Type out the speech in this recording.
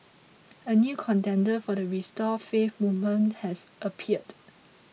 a new contender for the restore faith movement has appeared